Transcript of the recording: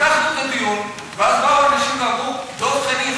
פתחנו את הדיון ואז באו ואנשים ואמרו: דב חנין,